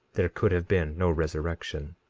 there could have been no resurrection.